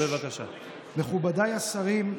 מכובדיי השרים,